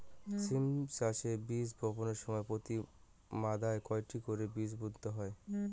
সিম চাষে বীজ বপনের সময় প্রতি মাদায় কয়টি করে বীজ বুনতে হয়?